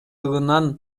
улам